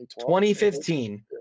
2015